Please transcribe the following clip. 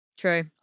True